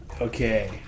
Okay